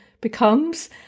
becomes